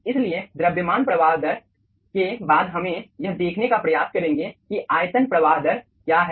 इसलिए द्रव्यमान प्रवाह दर के बाद हमें यह देखने का प्रयास करेंगे कि आयतन प्रवाह दर क्या है